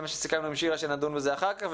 סיכמנו עם שירה שנדון בזה אחר כך.